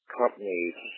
companies